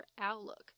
Outlook